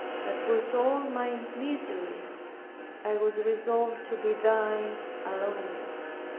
that with all my miseries i was resolved to be thine alone.